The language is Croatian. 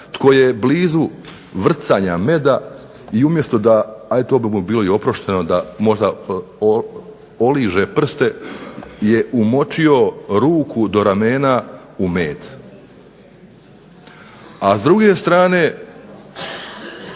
tko je blizu vrcanja meda, a i to bi mu bilo oprošteno da možda poliže prste, je umočio ruku do ramena u med. A s druge strane